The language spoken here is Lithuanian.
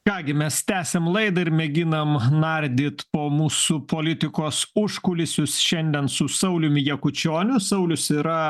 ką gi mes tęsiam laidą ir mėginam nardyti po mūsų politikos užkulisius šiandien su sauliumi jakučioniu saulius yra